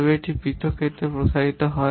তবে এটি পৃথক ক্ষেত্রে প্রসারিত হয়